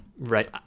Right